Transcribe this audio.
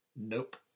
Nope